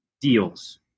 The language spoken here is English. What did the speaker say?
deals